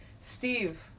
Steve